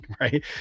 right